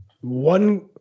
One